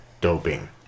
doping